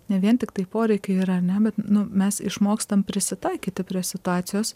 ne vien tiktai poreikiai yra ane bet nu mes išmokstam prisitaikyti prie situacijos